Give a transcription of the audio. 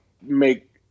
make